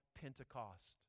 Pentecost